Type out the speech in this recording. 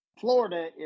Florida